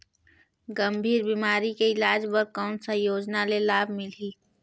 गंभीर बीमारी के इलाज बर कौन सा योजना ले लाभ मिलही?